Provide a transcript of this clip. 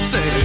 Say